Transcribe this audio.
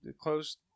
close